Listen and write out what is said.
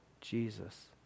Jesus